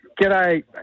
g'day